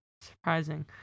surprising